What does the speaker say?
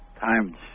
times